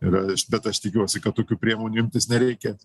yra bet aš tikiuosi kad tokių priemonių imtis nereikės